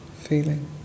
feeling